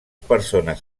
persones